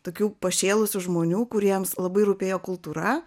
tokių pašėlusių žmonių kuriems labai rūpėjo kultūra